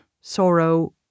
Sorrow